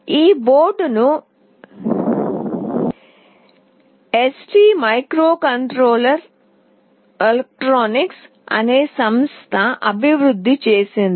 ఈ బోర్డును ST microelectronics అనే సంస్థ అభివృద్ధి చేసింది